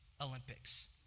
Olympics